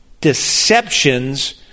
deceptions